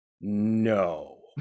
no